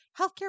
Healthcare